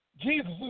Jesus